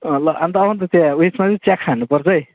अँ ल अन्त आउ न त त्यहाँ उयसमा चाहिँ चिया खानुपर्छ है